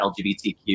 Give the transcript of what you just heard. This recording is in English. LGBTQ